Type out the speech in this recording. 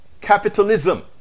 capitalism